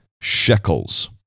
shekels